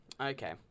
Okay